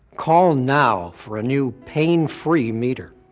call now for a new pain-free meter.